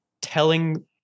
telling